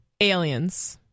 aliens